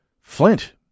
Flint